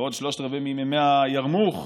ועוד שלושת-רבעי ממימי הירמוך,